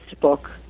book